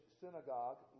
synagogue